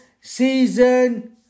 Season